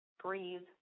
breathe